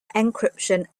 encryption